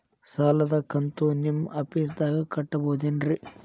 ಸಾಲದ ಕಂತು ನಿಮ್ಮ ಆಫೇಸ್ದಾಗ ಕಟ್ಟಬಹುದೇನ್ರಿ?